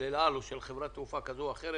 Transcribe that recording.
אל על או של חברת תעופה כזאת או אחרת.